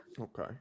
Okay